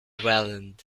welland